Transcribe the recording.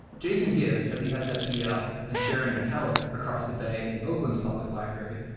jason gibbs at the sfpl, and sharon mckeller across the bay at the oakland public library,